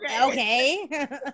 okay